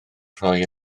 rhoi